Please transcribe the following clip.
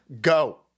Go